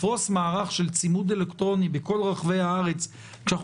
לפרוס מערך של צימוד אלקטרוני בכל רחבי הארץ כשאנחנו